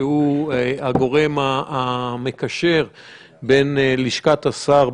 שהוא הגורם המקשר בין לשכת השר,